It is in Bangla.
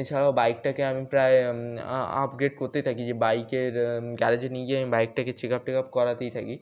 এছাড়াও বাইকটাকে আমি প্রায় আপগ্রেড করতেই থাকি যে বাইকের গ্যারেজে নিয়ে গিয়ে আমি বাইকটাকে চেকআপ টেকআপ করাতেই থাকি